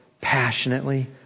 passionately